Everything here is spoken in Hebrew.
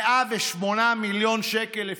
108 מיליון שקל,